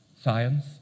science